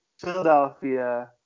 Philadelphia